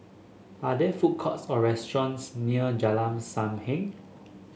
are there food courts or restaurants near Jalan Sam Heng